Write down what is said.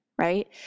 right